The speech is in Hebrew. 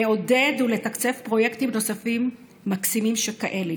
לעודד ולתקצב פרויקטים נוספים מקסימים שכאלה.